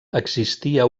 existia